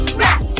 rap